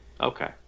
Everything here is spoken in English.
Okay